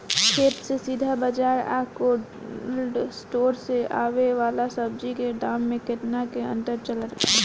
खेत से सीधा बाज़ार आ कोल्ड स्टोर से आवे वाला सब्जी के दाम में केतना के अंतर चलत बा?